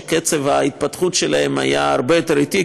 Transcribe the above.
שקצב ההתפתחות שלהן היה הרבה יותר אטי,